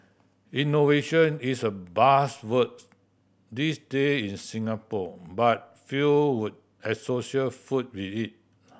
innovation is a buzzword these day in Singapore but few would associate food with it